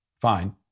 Fine